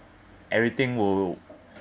everything will